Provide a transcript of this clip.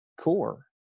core